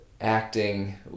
acting